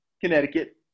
Connecticut